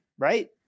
right